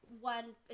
one